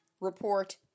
report